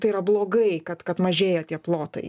tai yra blogai kad kad mažėja tie plotai